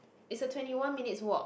it's a twenty one minutes walk